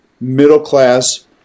middle-class